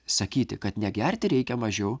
sakyti kad ne gerti reikia mažiau